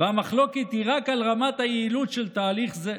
והמחלוקת היא רק על רמת היעילות של תהליך זה.